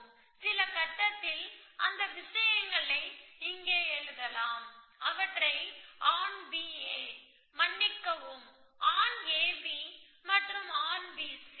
எனவே சில கட்டத்தில் அந்த விஷயங்களை இங்கே எழுதலாம் அவற்றை ஆன் B A மன்னிக்கவும் ஆன் A B மற்றும் ஆன் B C